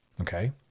Okay